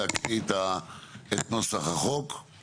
להקריא את נוסח הצעת החוק.